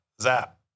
Zap